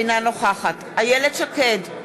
אינה נוכחת איילת שקד,